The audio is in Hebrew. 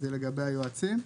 זה לגבי היועצים.